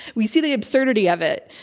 we see the absurdity of it.